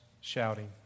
shouting